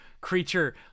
creature